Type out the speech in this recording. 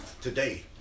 Today